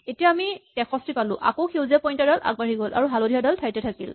এতিয়া আমি ৬৩ পালো আকৌ সেউজীয়া পইন্টাৰ ডাল আগবাঢ়ি গ'ল আৰু হালধীয়া ডাল ঠাইতে থাকিল